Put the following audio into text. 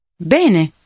Bene